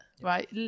right